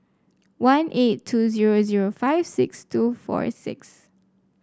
one eight two zero zero five six two four six